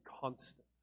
constant